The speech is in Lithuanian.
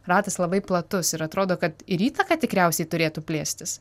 ratas labai platus ir atrodo kad ir įtaka tikriausiai turėtų plėstis